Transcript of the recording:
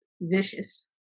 vicious